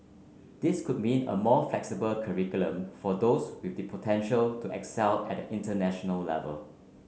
this could mean a more flexible curriculum for those with the potential to excel at the international level